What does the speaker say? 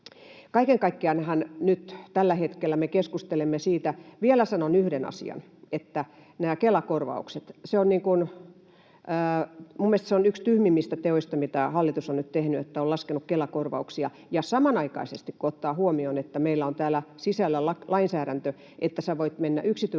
Kaiken kaikkiaanhan nyt tällä hetkellä me keskustelemme siitä... Vielä sanon yhden asian näistä Kela-korvauksista: Minun mielestäni se on yksi tyhmimmistä teoista, mitä hallitus on nyt tehnyt, että on laskenut Kela-korvauksia, kun ottaa huomioon, että meillä on täällä sisällä samanaikaisesti lainsäädäntö, että sinä voit mennä yksityiselle